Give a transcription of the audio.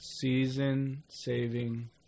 season-saving